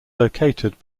located